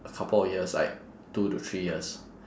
a couple of years like two to three years